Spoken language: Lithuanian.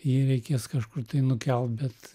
jį reikės kažkur tai nukelt bet